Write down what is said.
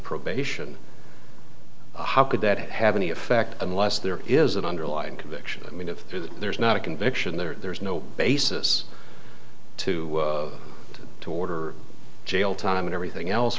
probation how could that have any effect unless there is an underlying conviction i mean if there's not a conviction there's no basis to to order jail time and everything else